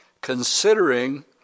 considering